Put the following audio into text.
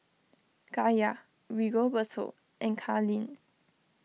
Kaya Rigoberto in Kalene